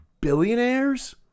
billionaires